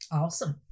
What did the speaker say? awesome